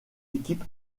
équipe